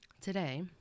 Today